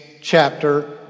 chapter